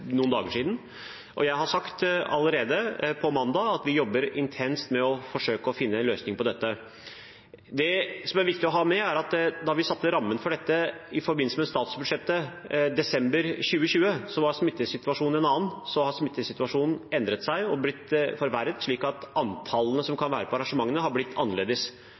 som er viktig å ha med seg, er at da vi satte rammen for dette i forbindelse med statsbudsjettet i desember 2020, var smittesituasjonen en annen. Så har smittesituasjonen endret seg og blitt forverret, slik at antallet som kan være på arrangementene, har blitt annerledes.